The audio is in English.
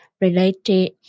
related